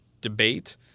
debate